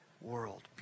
world